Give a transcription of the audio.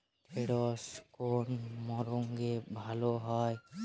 ঢেঁড়শ কোন মরশুমে ভালো হয়?